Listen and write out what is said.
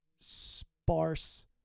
sparse